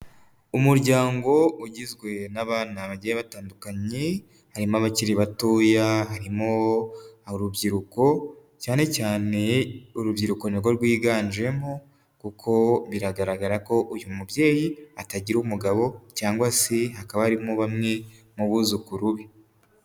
Umuryango ugizwe n'abana bagiye batandukanye, harimo abakiri batoya, harimo urubyiruko cyane cyane urubyiruko nirwo rwiganjemo kuko biragaragara ko uyu mubyeyi atagira umugabo cyangwa se hakaba harimo bamwe mu buzukuru be.